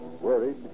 Worried